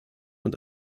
und